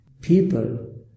people